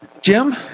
Jim